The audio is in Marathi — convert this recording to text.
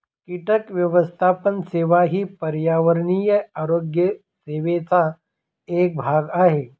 कीटक व्यवस्थापन सेवा ही पर्यावरणीय आरोग्य सेवेचा एक भाग आहे